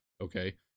okay